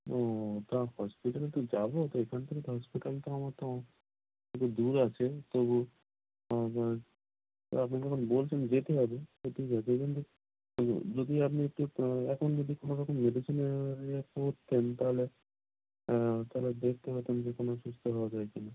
ও তা হসপিটালে তো যাব তো এখান থেকে তো হসপিটাল তো আমার তো অ একটু দূর আছে তবু তো আপনি যখন বলছেন যেতে হবে সে ঠিক আছে কিন্তু যদি আপনি একটু এখন যদি কোনোরকম মেডিসিন ইয়ে করতেন তাহলে তাহলে দেখতে পেতাম যে কোনো সুস্থ হওয়া যায় কি না